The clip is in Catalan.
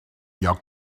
lloc